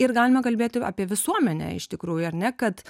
ir galime kalbėti apie visuomenę iš tikrųjų ar ne kad